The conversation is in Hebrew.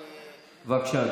בבקשה.